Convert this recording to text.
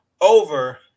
over